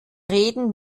reden